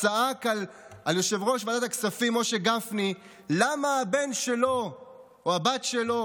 צעק על יושב-ראש ועדת הכספים משה גפני למה הבן שלו או הבת שלו